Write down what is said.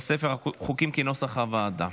לספר החוקים כנוסח הוועדה.